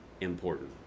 important